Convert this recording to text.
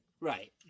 Right